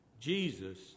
Jesus